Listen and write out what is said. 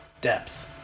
depth